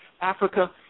Africa